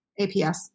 APS